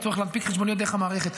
הצורך להנפיק חשבוניות דרך המערכת.